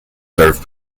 serve